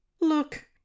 look